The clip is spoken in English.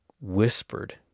whispered